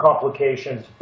complications